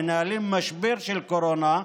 מנהלים משבר של קורונה,